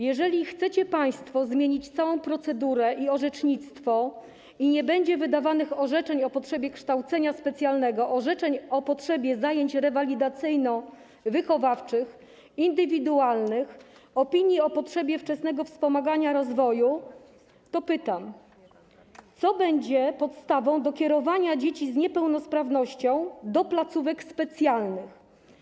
Jeżeli chcecie państwo zmienić całą procedurę i orzecznictwo, gdyż nie będzie wydawanych orzeczeń o potrzebie kształcenia specjalnego, orzeczeń o potrzebie zajęć rewalidacyjno-wychowawczych, indywidualnych, opinii o potrzebie wczesnego wspomagania rozwoju, to pytam: Co będzie podstawą kierowania dzieci z niepełnosprawnością do placówek specjalnych?